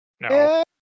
No